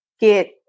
get